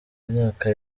myaka